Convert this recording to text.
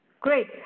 Great